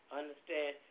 understand